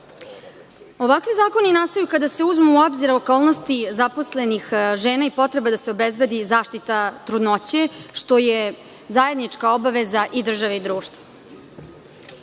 zakoni nastaju kada se uzmu u obzir okolnosti zaposlenih žena i potreba da se obezbedi zaštita trudnoće što je zajednička obaveza i države i društva.